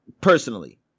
Personally